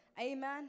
Amen